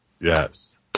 Yes